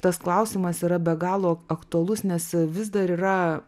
tas klausimas yra be galo aktualus nes vis dar yra